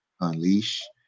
unleash